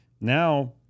now